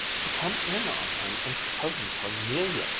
to come in on him and cousin parnelia,